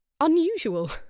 unusual